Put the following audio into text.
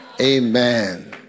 Amen